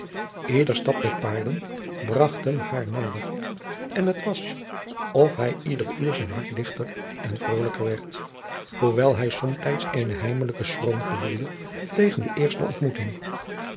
ieder stap der paarden bragt hem haar nader en het was of bij ieder uur zijn hart ligter en vrolijker werd hoewel hij somtijds eenen heimelijken schroom gevoelde tegen de eerste ontmoeting